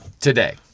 Today